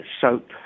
soap